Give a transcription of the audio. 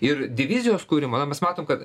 ir divizijos kurim a mes matom kad